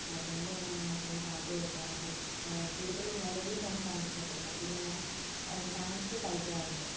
അതുകൊണ്ട് തന്നെ ഞാൻ എപ്പഴും പാട്ട് കേൾക്കാറുണ്ട് കൂടുതലും മെലഡി സോങ്സ് ആണ് ഇഷ്ടപ്പെടുന്നത് പിന്നെ ഞാൻ ഡാൻസ് കളിക്കാറുണ്ട്